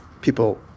people